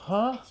!huh!